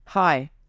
Hi